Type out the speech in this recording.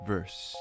Verse